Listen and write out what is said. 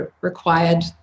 required